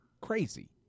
crazy